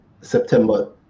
september